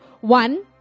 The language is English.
one